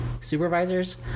Supervisors